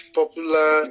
popular